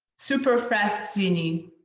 super fast genie.